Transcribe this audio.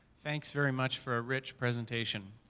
thanks very much for a rich presentation.